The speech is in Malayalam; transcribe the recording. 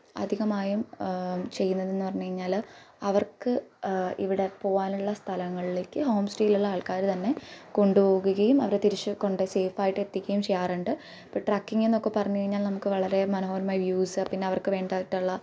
അധികമായും ചെയ്യുന്നതെന്നു പറഞ്ഞു കഴിഞ്ഞാൽ അവർക്ക് ഇവിടെ പോകാനുള്ള സ്ഥലങ്ങളിലേക്ക് ഹോം സ്റ്റേയിലുള്ള ആൾക്കാർ തന്നെ കൊണ്ടു പോകുകയും അവരെ തിരിച്ചു കൊണ്ടു സെയ്ഫ് ആയിട്ട് എത്തിക്കുകയും ചെയ്യാറുണ്ട് ഇപ്പോൾ ട്രക്കിംങ്ങെന്നൊക്കെ പറഞ്ഞു കഴിഞ്ഞാൽ നമുക്ക് വളരെ മനോഹരമായി വ്യൂസ് പിന്നെ അവർക്കു വേണ്ടിയിട്ടുള്ള